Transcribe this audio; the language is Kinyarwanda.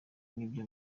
n’ibyo